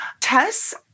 Tess